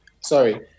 Sorry